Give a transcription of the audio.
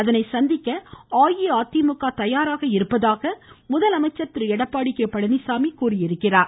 அதனை அஇஅதிமுக தயாராக இருப்பதாக முதலமைச்சர் திரு எடப்பாடி கே பழனிச்சாமி கூறியிருக்கிறார்